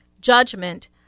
judgment